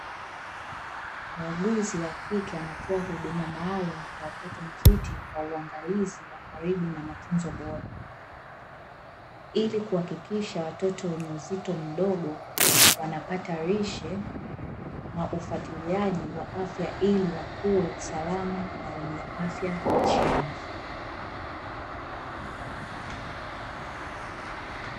Muuguzi wakike anatoa huduma maalumu kwa watoto njiti kwa uangalizi wa karibu na matunzo bora, ili kuhakikisha watoto wenye uzito mdogo wanapata lishe na ufatiliaji wa afya ili wakue salama na wenye afya njema.